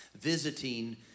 visiting